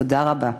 תודה רבה.